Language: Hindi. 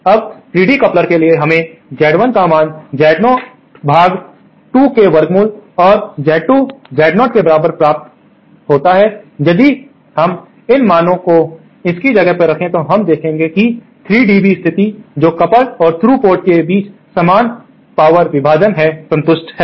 अब 3dB कपलर के लिए हमें Z1 का मान Z0 पर 2 के वर्गमूल और Z2 Z0 के बराबर प्राप्त होता है यदि हम इन मानों को इनकी जगह पर रखें तो हम देखेंगे कि 3 dB स्थिति जो कपल्ड और थ्रू पोर्ट के बीच समान पावर विभाजन है संतुष्ट है